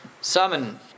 summon